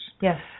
Yes